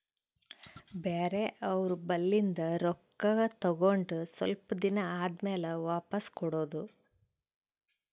ಬ್ಯಾರೆ ಅವ್ರ ಬಲ್ಲಿಂದ್ ರೊಕ್ಕಾ ತಗೊಂಡ್ ಸ್ವಲ್ಪ್ ದಿನಾ ಆದಮ್ಯಾಲ ವಾಪಿಸ್ ಕೊಡೋದು